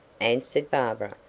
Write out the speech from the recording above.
answered barbara,